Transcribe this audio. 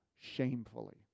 shamefully